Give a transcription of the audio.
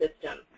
system